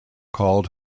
called